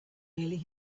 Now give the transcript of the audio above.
really